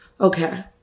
Okay